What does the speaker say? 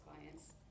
clients